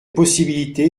possibilité